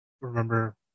remember